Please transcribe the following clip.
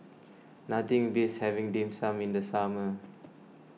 nothing beats having Dim Sum in the summer